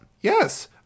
Yes